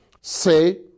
Say